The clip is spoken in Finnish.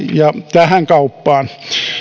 tähän kauppaan